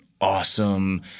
awesome